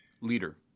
leader